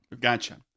Gotcha